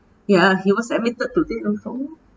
ya he was admitted to the